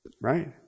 right